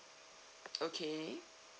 okay